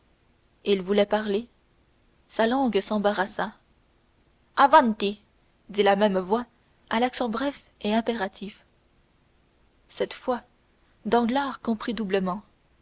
il voulut parler sa langue s'embarrassa avanti dit la même voix à l'accent bref et impératif cette fois danglars comprit doublement